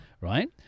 right